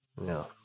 No